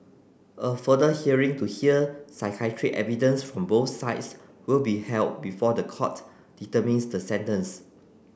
a further hearing to hear psychiatric evidence from both sides will be held before the court determines the sentence